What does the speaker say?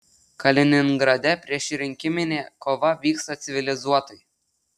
kaliningrade priešrinkiminė kova vyksta civilizuotai